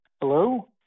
Hello